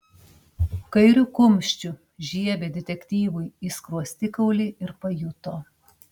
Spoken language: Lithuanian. kairiu kumščiu žiebė detektyvui į skruostikaulį ir pajuto